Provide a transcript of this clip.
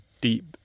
deep